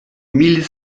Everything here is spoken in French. mille